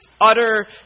utter